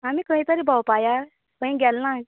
आमी खंय तरी भोंवपाक या खंय गेलना